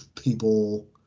people